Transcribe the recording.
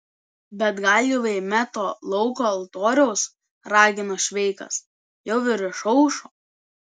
bet gal jau eime to lauko altoriaus ragino šveikas jau ir išaušo